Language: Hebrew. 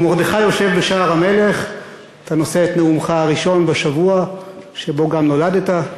"ומרדכי יושב בשער המלך" אתה נושא את נאומך הראשון בשבוע שבו גם נולדת,